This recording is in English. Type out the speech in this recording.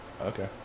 Okay